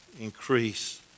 increase